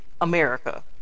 America